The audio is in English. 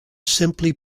simply